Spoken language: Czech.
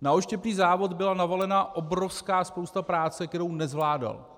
Na odštěpný závod byla navalena obrovská spousta práce, kterou nezvládal.